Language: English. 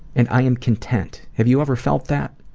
and i am content. have you ever felt that?